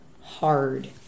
hard